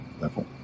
level